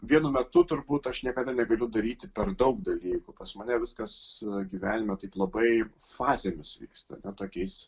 vienu metu turbūt aš niekada negaliu daryti per daug dalykų pas mane viskas gyvenime taip labai fazėmis vyksta ne tokiais